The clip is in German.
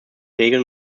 regeln